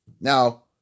Now